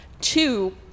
Two